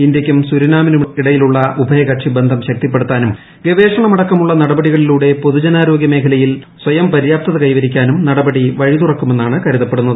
ഇന്ത്യയ്ക്കും സൂരിനാമിനുമിടയിലുള്ള ഉഭയകക്ഷി ബ്ന്ധം ശക്തിപ്പെടുത്താനും ഗവേഷണം അടക്കമുള്ള നടപ്പടികളിലൂടെ പൊതുജനാരോഗ്യ മേഖലയിൽ സ്വയംപര്യാപ്തത ക്ടൈവരിക്കാനും നടപടി വഴിതുറക്കും എന്നാണ് കരുതപ്പെടുന്നത്